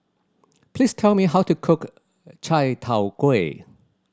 please tell me how to cook chai tow kway